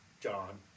John